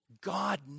God